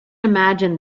imagine